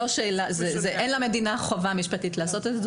אין למדינה חובה משפטית לעשות את זה,